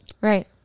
Right